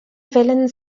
fällen